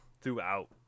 throughout